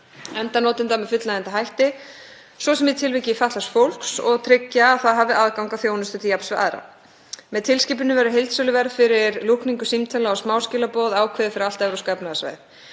endanotenda með fullnægjandi hætti, svo sem í tilviki fatlaðs fólks, og tryggja að það hafi aðgang að þjónustu til jafns við aðra. Með tilskipuninni verður heildsöluverð fyrir lúkningu símtala og smáskilaboð ákveðið fyrir allt Evrópska efnahagssvæðið.